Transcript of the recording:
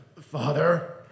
Father